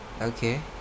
Okay